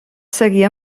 seguir